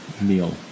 meal